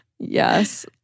Yes